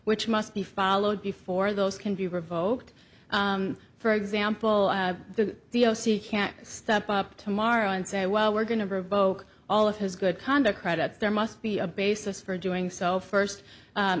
which must be followed before those can be revoked for example to the i o c he can't step up tomorrow and say well we're going to provoke all of his good conduct credit there must be a basis for doing so first